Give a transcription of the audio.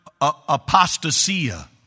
apostasia